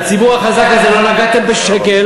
לציבור החזק הזה לא נגעתם בשקל,